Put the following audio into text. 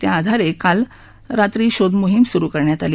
त्याआधारे काल काल रात्री शोधमोहीम सुरु करण्यात आली